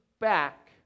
back